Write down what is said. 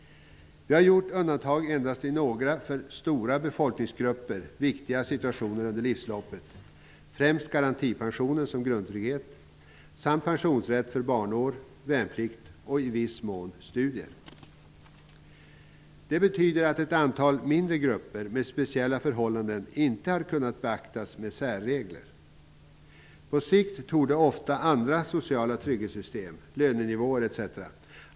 Vi har gjort undantag endast i några för stora befolkningsgrupper viktiga situationer under livsloppet, främst garantipensionen som grundtrygghet, samt pensionsrätt för barnår, värnplikt och i viss mån studier. Det betyder att ett antal mindre grupper med speciella förhållanden inte har kunnat beaktas med särregler. På sikt torde ofta andra sociala trygghetssystem, lönenivåer etc.